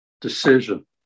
decision